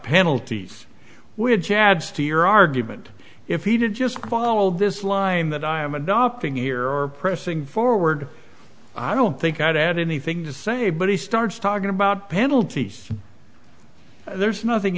penalties which adds to your argument if he did just follow this line that i am adopting here or pressing forward i don't think i've had anything to say but he starts talking about penalties there's nothing